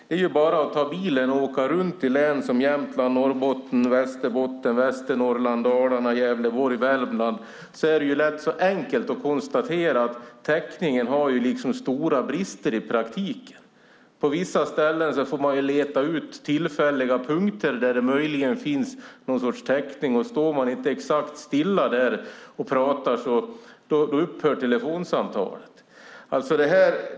Det är bara att ta bilen och åka runt i län som Jämtland, Norrbotten, Västerbotten, Västernorrland, Dalarna, Gävleborg och Värmland; det är rätt enkelt att konstatera att täckningen i praktiken har stora brister. På vissa ställen får man leta upp tillfälliga punkter där det möjligen finns någon sorts täckning, och står man inte exakt stilla där och pratar upphör telefonsamtalet.